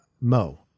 Mo